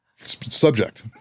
subject